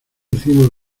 hicimos